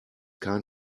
kein